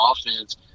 offense